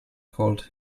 called